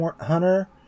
hunter